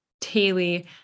daily